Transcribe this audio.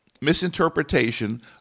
misinterpretation